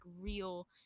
real